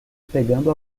pegando